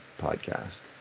podcast